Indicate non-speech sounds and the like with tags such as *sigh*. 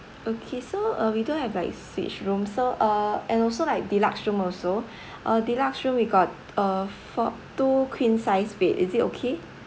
okay so uh we do have like suite room so uh and also like deluxe room also *breath* uh deluxe room we got uh for two queen size bed is it okay